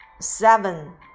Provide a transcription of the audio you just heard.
Seven